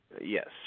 yes